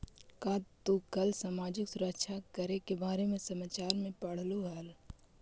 का तू कल सामाजिक सुरक्षा कर के बारे में समाचार में पढ़लू हल